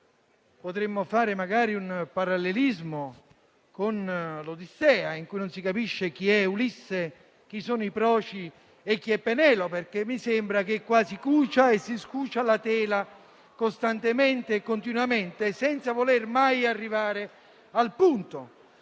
Potremmo fare magari un parallelismo con l'Odissea: non si capisce chi è Ulisse, chi sono i proci e chi è Penelope perché mi sembra che qui si cucia e si scucia costantemente e continuamente la tela, senza voler mai arrivare al punto.